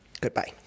Goodbye